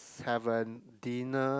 seven dinner